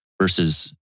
versus